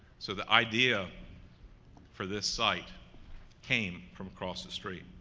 so the idea for this site came from across the street.